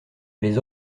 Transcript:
les